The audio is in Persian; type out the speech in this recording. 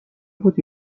بود